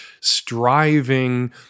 striving